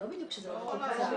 זה לא בדיוק שזה לא מתוקצב.